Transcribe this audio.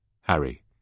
Harry